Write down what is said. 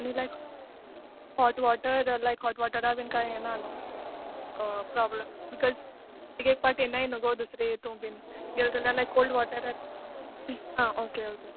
आनी like hot water like hot वॉटरा बी कांय यें ना न्हय ऑ प्रॉब्लम बिकज एक एक पाट येयनाय न्हय गो दुसरे हेतू बी येल जाल्यार लायक कोल्ड वॉटर येत आं ओके ओके